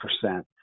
percent